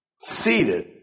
seated